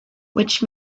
which